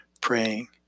praying